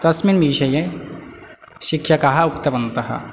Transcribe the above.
तस्मिन् विषये शिक्षकाः उक्तवन्तः